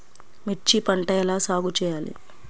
మిర్చి పంట ఎలా సాగు చేయాలి?